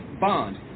bond